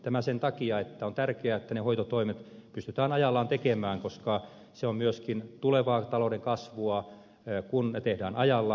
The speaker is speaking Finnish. tämä sen takia että on tärkeää että ne hoitotoimet pystytään ajallaan tekemään koska se on myöskin tulevaa talouden kasvua kun ne tehdään ajallaan